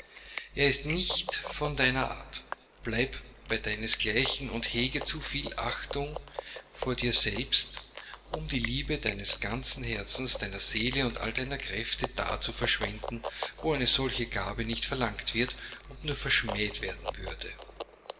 er ist nicht von deiner art bleib bei deines gleichen und hege zu viel achtung vor dir selbst um die liebe deines ganzen herzens deiner seele und all deine kräfte da zu verschwenden wo eine solche gabe nicht verlangt wird und nur verschmäht werden würde